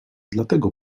dlatego